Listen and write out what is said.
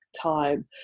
time